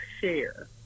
Share